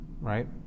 right